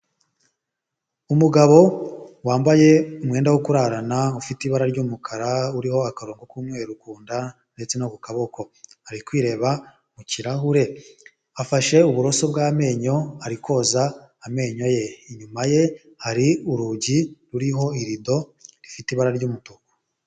Umugabo wambaye umwenda wo kurarana ufite ibara ry'umukara, uriho akarongo k'umweru ku nda ndetse no ku kaboko, ari kwireba mu kirahure. Afashe uburoso bw'amenyo ari koza amenyo ye, inyuma ye hari urugi ruriho irido rifite ibara ry'umutuku.